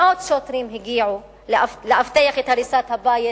מאות שוטרים הגיעו לאבטח את הריסת הבית